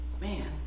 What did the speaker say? Man